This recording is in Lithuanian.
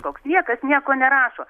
toks niekas nieko nerašo